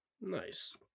Nice